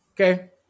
Okay